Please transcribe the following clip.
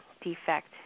defect